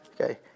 Okay